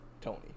Tony